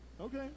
Okay